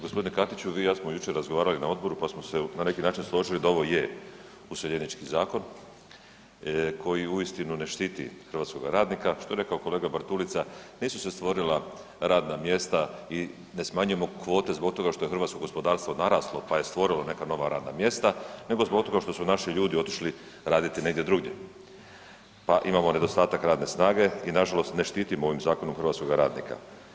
Gospodine Katiću vi i ja smo jučer razgovarali na odboru pa smo se na neki način složili da ovo je useljenički zakon koji uistinu ne štiti hrvatskoga radnika, što je rekao kolega Bartulica nisu se stvorila radna mjesta i ne smanjujemo kvote zbog toga što je hrvatsko gospodarstvo naraslo pa je stvorilo neka nova radna mjesta nego zbog toga što su naši ljudi otišli raditi negdje drugdje pa imamo nedostatak radne snage i nažalost ne štitimo ovim zakonom hrvatskoga radnika.